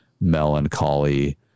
melancholy